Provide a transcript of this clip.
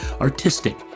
artistic